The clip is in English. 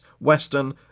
Western